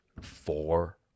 four